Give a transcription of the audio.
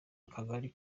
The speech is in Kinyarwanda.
akagari